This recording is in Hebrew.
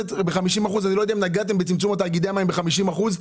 אני לא יודע אם נגעתם בצמצום תאגידי המים ב-50%.